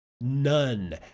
None